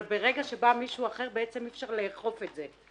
אבל ברגע שבא מישהו אחר בעצם אי אפשר לאכוף את זה.